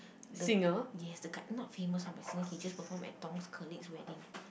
the yes the guy not famous one but singer he just perform at Tong's colleague's wedding